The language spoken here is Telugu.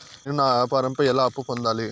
నేను నా వ్యాపారం పై ఎలా అప్పు పొందాలి?